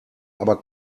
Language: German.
aber